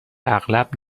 اغلب